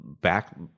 back